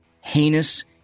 heinous